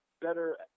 better